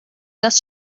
das